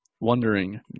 wondering